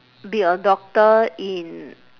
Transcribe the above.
be a doctor in